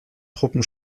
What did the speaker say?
truppen